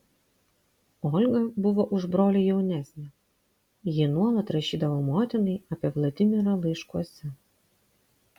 olga buvo už brolį jaunesnė ji nuolat rašydavo motinai apie vladimirą laiškuose